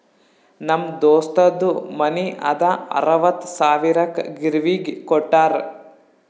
ನಮ್ ದೋಸ್ತದು ಮನಿ ಅದಾ ಅರವತ್ತ್ ಸಾವಿರಕ್ ಗಿರ್ವಿಗ್ ಕೋಟ್ಟಾರ್